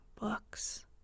books